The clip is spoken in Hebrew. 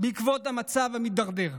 בעקבות המצב המידרדר.